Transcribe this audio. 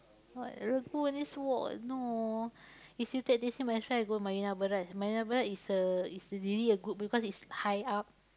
what lagoon is walk no if we take taxi might as well go Marina-Barrage Marina-Barrage is a is really a good because it's high up